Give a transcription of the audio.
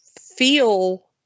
feel